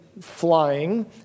flying